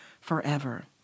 forever